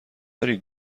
داری